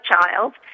child